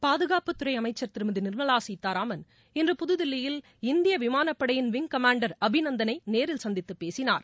பாதுகாப்புத்துறை அளமச்சர் திருமதி நிர்மலா சீத்தாராமன் இன்று புதுதில்லியில் இந்திய விமானப்படையின் விங் கமாண்டர் அபிநந்தனை நேரில் சந்தித்து பேசினார்